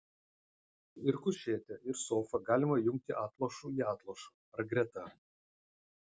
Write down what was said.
ir kušetę ir sofą galima jungti atlošu į atlošą ar greta